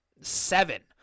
seven